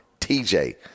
TJ